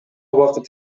убакыт